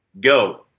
go